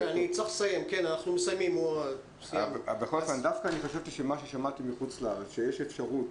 חשבתי שמה ששמעתי מחוץ לארץ שיש אפשרות,